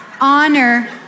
honor